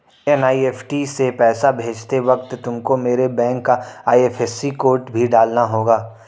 NEFT से पैसा भेजते वक्त तुमको मेरे बैंक का आई.एफ.एस.सी कोड भी डालना होगा